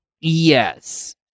Yes